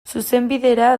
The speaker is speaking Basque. zuzenbidera